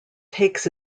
takes